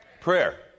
Prayer